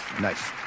Nice